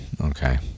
Okay